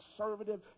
conservative